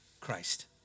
Christ